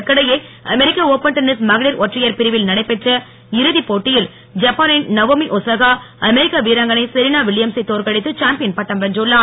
இதற்கிடையே அமெரிக்க open tennis மகளிர் ஒற்றையர் பிரிவில் நடைபெற்ற இறுதிப் போட்டியில் ஜப்பானின் நவோமி ஒசாகா அமெரிக்கா வீராங்கனை செரினா வில்லியம்சை தோற்கடித்து சாம்பியன் பட்டம் வென்றுள்ளார்